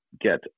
get